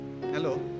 hello